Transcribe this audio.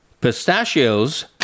Pistachios